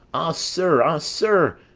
ah sir! ah sir!